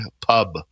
pub